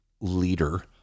leader